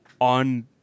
on